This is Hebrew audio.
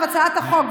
הצעת החוק,